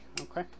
Okay